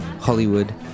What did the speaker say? Hollywood